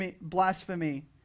blasphemy